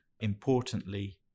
importantly